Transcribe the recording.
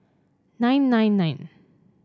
nine nine nine